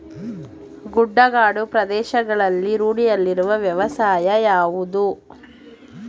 ಗುಡ್ಡಗಾಡು ಪ್ರದೇಶಗಳಲ್ಲಿ ರೂಢಿಯಲ್ಲಿರುವ ವ್ಯವಸಾಯ ಯಾವುದು?